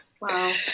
Wow